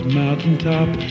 mountaintop